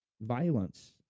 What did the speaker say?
violence